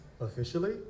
Officially